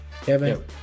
Kevin